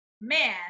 man